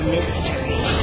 Mystery